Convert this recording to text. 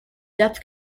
depth